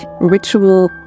Ritual